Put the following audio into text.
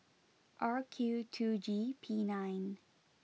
R Q two G P nine